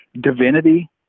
divinity